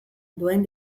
duen